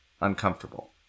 uncomfortable